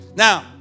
Now